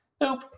nope